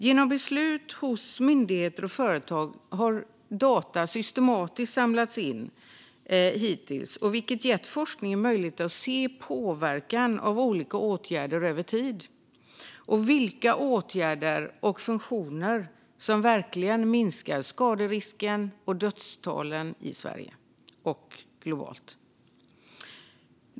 Genom beslut hos myndigheter och företag har data hittills samlats in systematiskt, vilket gett forskningen möjlighet att se påverkan av olika åtgärder över tid och vilka åtgärder och funktioner som verkligen minskar skaderisken och dödstalen, i Sverige och globalt.